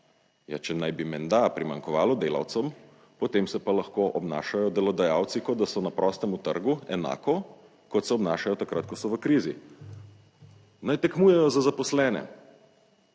Ja, če naj bi menda primanjkovalo delavcem, potem se pa lahko obnašajo delodajalci, kot da so na prostem trgu, enako kot se obnašajo takrat, ko so v krizi. Naj tekmujejo za zaposlene,